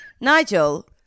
Nigel